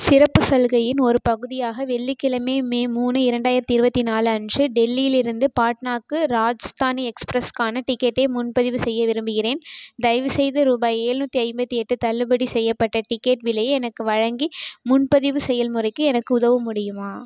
சிறப்புச் சலுகையின் ஒரு பகுதியாக வெள்ளிக்கிழமை மே மூணு இரண்டாயிரத்தி இருபத்தி நாலு அன்று டெல்லியிலிருந்து பாட்னாவுக்கு ராஜ்தானி எக்ஸ்பிரஸ்க்கான டிக்கெட்டை முன்பதிவு செய்ய விரும்புகிறேன் தயவு செய்து ரூபாய் ஏழுநூத்தி ஐம்பத்தி எட்டு தள்ளுபடி செய்யப்பட்ட டிக்கெட் விலையை எனக்கு வழங்கி முன்பதிவு செயல்முறைக்கு எனக்கு உதவ முடியுமா